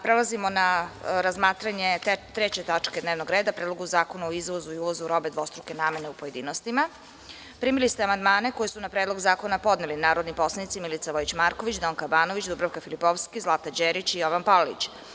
Prelazimo na razmatranje 3. tačke dnevnog reda – PREDLOGU ZAKONA O IZVOZU I UVOZU ROBE DVOSTRUKE NAMENE, u pojedinostima Primili ste amandmane koje su na Predlog zakona podneli narodni poslanici Milica Vojić Marković, Donka Banović, Dubravka Filipovski, Zlata Đerić i Jovan Palalić.